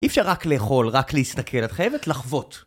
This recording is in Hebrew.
אי אפשר רק לאכול, רק להסתכל, את חייבת לחוות.